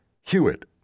Hewitt